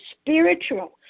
spiritual